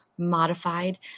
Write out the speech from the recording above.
modified